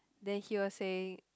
then he was saying